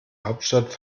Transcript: hauptstadt